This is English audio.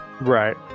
Right